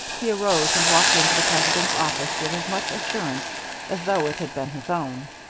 he arose and walked into the president's office with as much assurance as though it had been his own.